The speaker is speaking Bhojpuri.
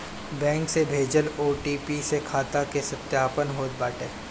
बैंक से भेजल ओ.टी.पी से खाता के सत्यापन होत बाटे